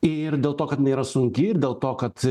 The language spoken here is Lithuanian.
ir dėl to kad jinai yra sunki ir dėl to kad